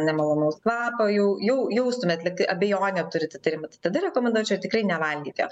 nemalonaus kvapo jau jau jaustumėm lygtai abejonę turit įtarimą tada rekomenduočiau tikrai nevalgyt jo